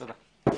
תודה.